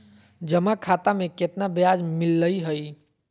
जमा खाता में केतना ब्याज मिलई हई?